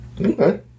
Okay